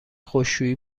خشکشویی